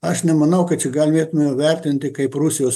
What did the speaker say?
aš nemanau kad čia galėtume vertinti kaip rusijos